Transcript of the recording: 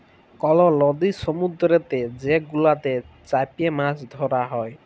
call লদি সমুদ্দুরেতে যে গুলাতে চ্যাপে মাছ ধ্যরা হ্যয়